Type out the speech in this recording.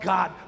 God